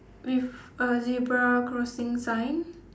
with a zebra crossing sign